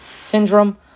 syndrome